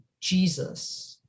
Jesus